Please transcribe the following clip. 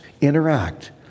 interact